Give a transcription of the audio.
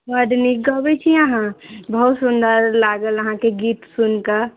बड्ड नीक गबै छी अहाँ बहुत सुन्दर लागल अहाँके गीत सुनिकऽ